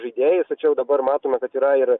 žaidėjais tačiau dabar matome kad yra ir